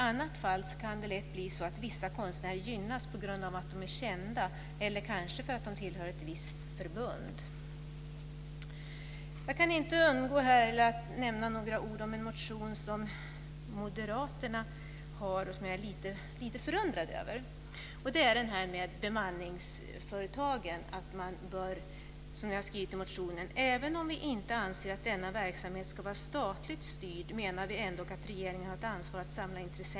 I annat fall kan det lätt bli så att vissa konstnärer gynnas på grund av att de är kända, eller kanske för att de tillhör ett visst förbund. Jag kan inte undgå att säga några ord om en motion från Moderaterna som jag är lite förundrad över. Det gäller detta med bemanningsföretagen.